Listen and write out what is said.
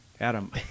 Adam